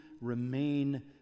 remain